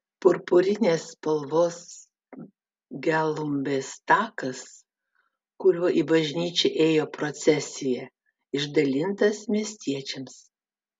purpurinės spalvos gelumbės takas kuriuo į bažnyčią ėjo procesija išdalintas miestiečiams